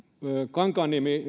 kankaanniemi